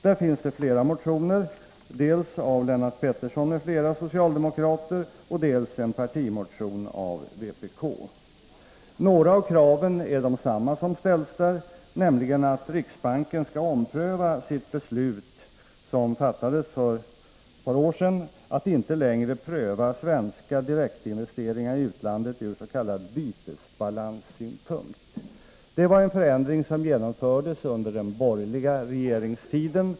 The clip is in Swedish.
Här finns det flera motioner, dels av Lennart Pettersson m.fl. socialdemokrater, dels en partimotion från vpk. I några fall är kraven desamma, nämligen att riksbanken bör ompröva sitt beslut för ett par år sedan att inte längre pröva svenska direktinvesteringar i utlandet från s.k. bytesbalanssynpunkt. Det var en förändring som genomfördes under den borgerliga regeringstiden.